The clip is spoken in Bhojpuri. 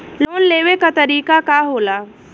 लोन लेवे क तरीकाका होला?